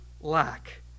lack